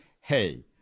hey